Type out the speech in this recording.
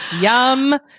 yum